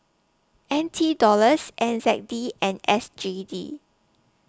N T Dollars N Z D and S G D